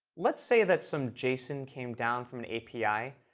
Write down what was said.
let's say that some json came down from an api,